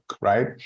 right